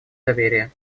доверие